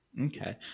Okay